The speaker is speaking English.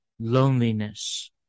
loneliness